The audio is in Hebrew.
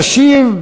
תשיב,